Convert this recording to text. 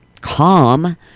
calm